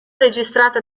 registrata